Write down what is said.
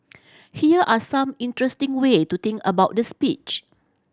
here are some interesting way to think about the speech